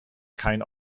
kein